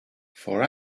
for